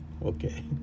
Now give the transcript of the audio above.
Okay